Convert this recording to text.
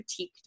critiqued